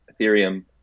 Ethereum